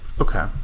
Okay